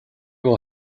will